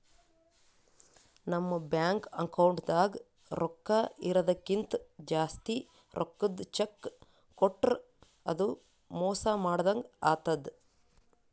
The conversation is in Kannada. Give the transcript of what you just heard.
ನಮ್ ಬ್ಯಾಂಕ್ ಅಕೌಂಟ್ದಾಗ್ ರೊಕ್ಕಾ ಇರದಕ್ಕಿಂತ್ ಜಾಸ್ತಿ ರೊಕ್ಕದ್ ಚೆಕ್ಕ್ ಕೊಟ್ರ್ ಅದು ಮೋಸ ಮಾಡದಂಗ್ ಆತದ್